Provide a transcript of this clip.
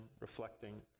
reflecting